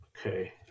Okay